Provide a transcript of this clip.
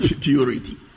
purity